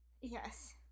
Yes